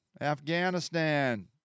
Afghanistan